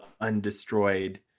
undestroyed